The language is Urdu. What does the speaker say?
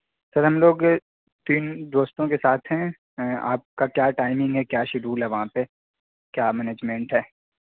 سر ہم لوگ تین دوستوں کے ساتھ ہیں آپ کا کیا ٹائمنگ ہے کیا شیڈول ہے وہاں پہ کیا مینیجمنٹ ہے